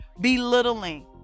belittling